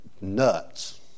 nuts